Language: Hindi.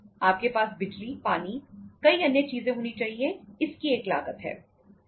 आपके पास बिजली पानी कई अन्य चीजें होनी चाहिए इसकी एक लागत है